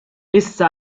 issa